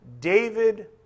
David